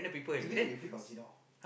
eh you play Pub-G not